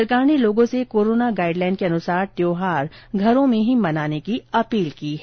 सरकार ने लोगों से कोरोना गाइड लाइन के अनुसार त्यौहार घरों मे ही मनाने की अपील की है